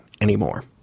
anymore